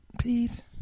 please